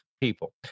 people